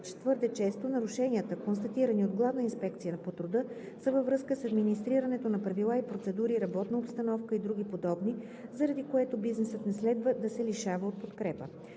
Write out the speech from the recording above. че твърде често нарушенията, констатирани от Главна инспекция по труда, са във връзка с администрирането на правила и процедури, работна обстановка и други подобни, заради което бизнесът не следва да се лишава от подкрепа.